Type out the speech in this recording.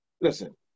listen